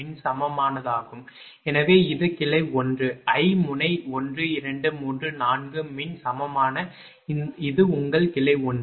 மின் சமமானதாகும் எனவே இது கிளை 1 I முனை 1 2 3 4 மின் சமமான இது உங்கள் கிளை 1 இல்லையா